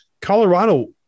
Colorado